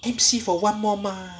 M_C for one more month